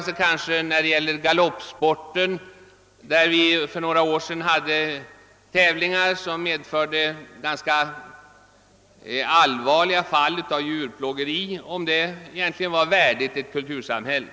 Inom galoppsporten förekom för några år sedan tävlingar som medförde ganska allvarliga fall av djurplågeri, och man frågar sig om detta egentligen var värdigt ett kultursamhälle.